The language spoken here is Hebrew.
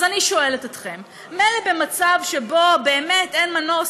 אז אני שואלת אתכם: מילא במצב שבו באמת אין מנוס,